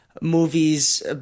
movies